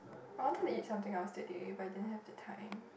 I wanted to eat something else today but I didn't have the time